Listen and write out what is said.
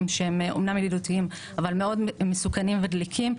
שהם אומנם ידידותיים אבל מאוד מסוכנים ודליקים,